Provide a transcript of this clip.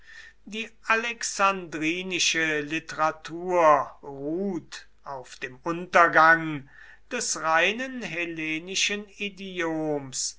die alexandrinische literatur ruht auf dem untergang des reinen hellenischen idioms